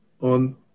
on